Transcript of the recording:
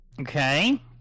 Okay